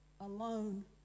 alone